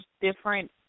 different –